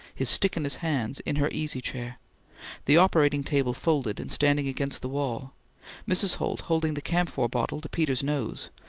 his stick in his hands, in her easy chair the operating table folded and standing against the wall mrs. holt holding the camphor bottle to peter's nose,